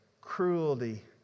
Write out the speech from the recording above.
cruelty